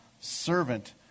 servant